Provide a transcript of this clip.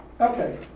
Okay